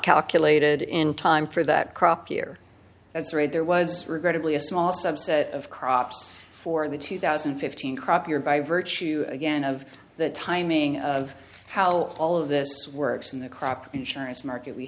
calculated in time for that crop year that's right there was regrettably a small subset of crops for the two thousand and fifteen crop year by virtue again of the timing of how all of this works in the crop insurance market we